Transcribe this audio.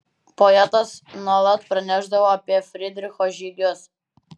poetas nuolat pranešdavo apie frydricho žygius